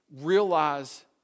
Realize